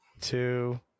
two